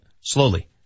slowly